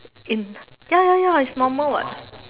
in ya ya ya it's normal [what]